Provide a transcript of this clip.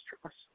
trust